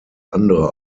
andere